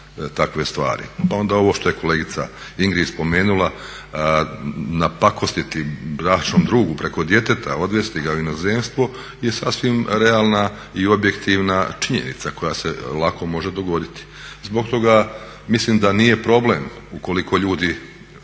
takve stvari, pa onda ovo što je kolegica Ingrid spomenula napakostiti bračnom drugu preko djeteta, odvesti ga u inozemstvo je sasvim realna i objektivna činjenica koja se lako može dogoditi. Zbog toga mislim da nije problem koliko ljudi,